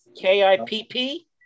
K-I-P-P